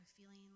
feeling